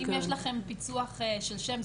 אם יש לכם פיצוח של שם,